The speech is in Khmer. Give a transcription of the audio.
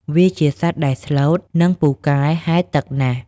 វាជាសត្វដែលស្លូត និងពូកែហែលទឹកណាស់។